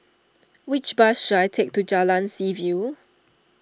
which bus should I take to Jalan Seaview